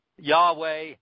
Yahweh